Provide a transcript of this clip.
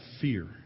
fear